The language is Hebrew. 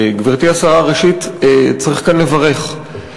גברתי השרה, ראשית צריך כאן לברך.